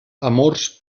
amors